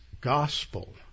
gospel